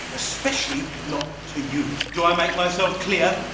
especially not to you! do i make myself clear?